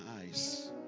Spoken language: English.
eyes